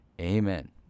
amen